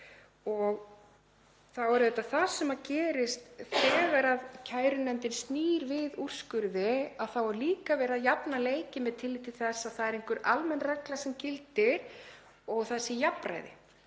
og annað fólk. Það sem gerist þegar kærunefndin snýr við úrskurði er að þá er líka verið að jafna leikinn með tilliti til þess að það er einhver almenn regla sem gildir og að það sé jafnræði,